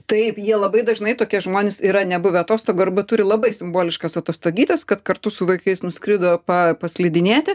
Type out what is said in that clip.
taip jie labai dažnai tokie žmonės yra nebuvę atostogų arba turi labai simboliškas atostogytes kad kartu su vaikais nuskrido pa paslidinėti